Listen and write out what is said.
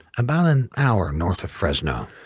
about an hour north of fresno.